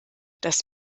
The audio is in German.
das